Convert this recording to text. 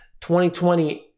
2020